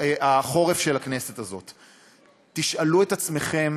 החורף של הכנסת הזאת: תשאלו את עצמכם